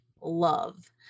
love